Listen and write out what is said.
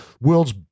world's